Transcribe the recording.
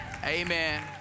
Amen